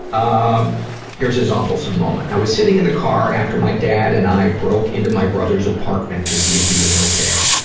um here's his awfulsome moment. i was sitting in the car after my dad and i broke into my brother's apartment to see if he was okay.